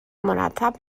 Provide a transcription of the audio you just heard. مرتب